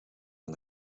aan